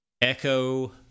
Echo